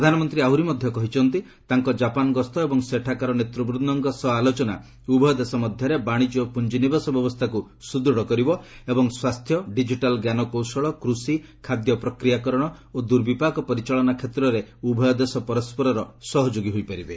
ପ୍ରଧାନମନ୍ତ୍ରୀ ଆହୁରି ମଧ୍ୟ କହିଛନ୍ତି ତାଙ୍କ ଜାପାନ୍ ଗସ୍ତ ଏବଂ ସେଠାକାର ନେତୃବୃନ୍ଦଙ୍କ ସହ ଆଲୋଚନା ଉଭୟ ଦେଶ ମଧ୍ୟରେ ବାଣିଜ୍ୟ ଓ ପୁଞ୍ଜିନିବେଶ ବ୍ୟବସ୍ଥାକୁ ସୁଦୃଢ଼ କରିବ ଏବଂ ସ୍ୱାସ୍ଥ୍ୟ ଡିଜିଟାଲ୍ ଜ୍ଞାନକୌଶଳ କୃଷି ଖାଦ୍ୟ ପ୍ରକ୍ରିୟାକରଣ ଓ ଦୁର୍ବିପାକ ପରିଚାଳନା କ୍ଷେତ୍ରରେ ଉଭୟ ଦେଶ ପରସ୍କରର ସହଯୋଗୀ ହୋଇପାରିବେ